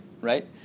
right